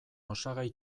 osagai